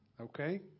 okay